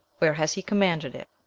where has he commanded it